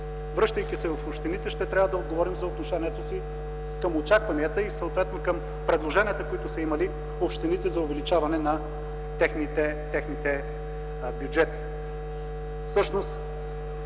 връщайки се в общините, ще трябва да отговорим за отношението си към очакванията и съответно към предложенията, които са имали общините за увеличаване на техните бюджети.